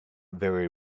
very